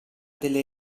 delle